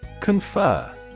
Confer